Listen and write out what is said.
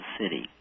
City